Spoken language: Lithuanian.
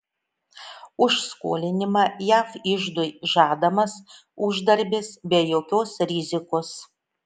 už skolinimą jav iždui žadamas uždarbis be jokios rizikos